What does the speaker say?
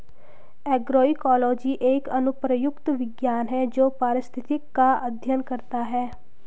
agroecology एक अनुप्रयुक्त विज्ञान है जो पारिस्थितिक का अध्ययन करता है